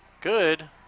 good